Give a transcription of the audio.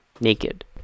naked